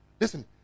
Listen